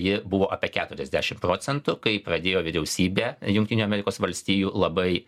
ji buvo apie keturiasdešim procentų kai pradėjo vyriausybė jungtinių amerikos valstijų labai